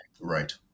Right